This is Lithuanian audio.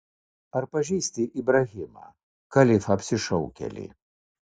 ar pažįsti ibrahimą kalifą apsišaukėlį